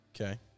Okay